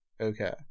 okay